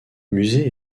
musée